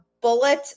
bullet